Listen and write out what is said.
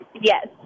Yes